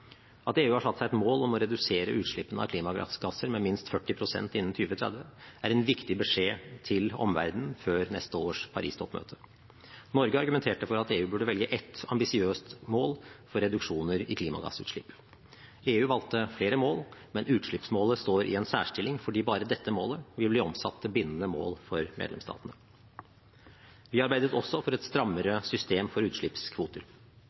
At EU har satt seg et mål om å redusere utslippene av klimagasser med minst 40 pst. innen 2030, er en viktig beskjed til omverdenen før neste års Paris-toppmøte. Norge argumenterte for at EU burde velge ett ambisiøst mål for reduksjoner i klimagassutslipp. EU valgte flere mål, men utslippsmålet står i en særstilling, fordi bare dette målet vil bli omsatt til bindende mål for medlemsstatene. Vi arbeidet også for et strammere system for utslippskvoter.